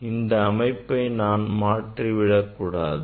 இந்த அமைப்பை நான் மாற்றிவிட கூடாது